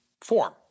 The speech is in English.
form